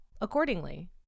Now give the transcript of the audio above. accordingly